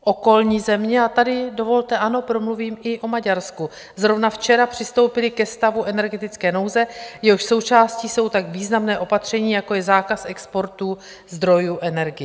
Okolní země, a tady dovolte, ano, promluvím i o Maďarsku, zrovna včera přistoupily ke stavu energetické nouze, jehož součástí jsou tak významná opatření, jako je zákaz exportu zdrojů energie.